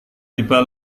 tiba